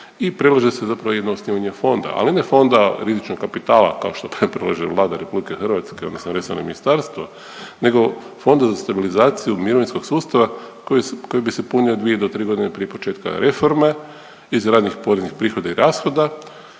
i predlaže se zapravo jedno osnivanje fonda ali ne fonda rizičnog kapitala kao što predlaže Vlada Republike Hrvatske, odnosno resorno ministarstvo, nego Fonda za stabilizaciju mirovinskog sustava koji bi se punio dvije do tri godine prije početka reforme iz raznih poreznih prihoda i rashoda,